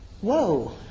whoa